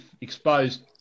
exposed